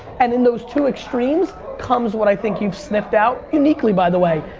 and in those two extremes comes what i think you've sniffed out, uniquely by the way,